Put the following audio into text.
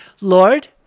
Lord